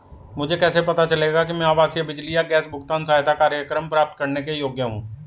मुझे कैसे पता चलेगा कि मैं आवासीय बिजली या गैस भुगतान सहायता कार्यक्रम प्राप्त करने के योग्य हूँ?